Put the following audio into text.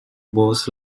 was